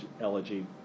elegy